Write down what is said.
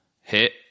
hit